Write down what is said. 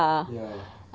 ya